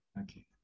Okay